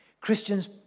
Christians